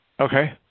Okay